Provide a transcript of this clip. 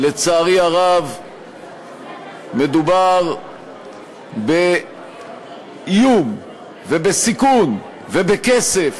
לצערי הרב מדובר באיום ובסיכון ובכסף